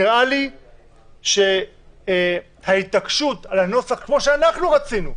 נראה לי שההתעקשות על הנוסח כמו שאנחנו רצינו,